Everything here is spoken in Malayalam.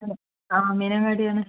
ആ മീനങ്ങാടിയാണ്